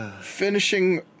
finishing